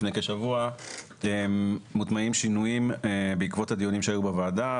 לפני כשבוע מוטמעים שינויים בעקבות הדיונים שהיו בוועדה,